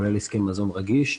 כולל העוסקים במזון רגיש.